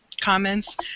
comments